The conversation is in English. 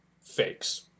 fakes